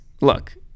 look